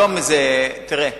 היום זה, תראה,